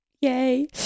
yay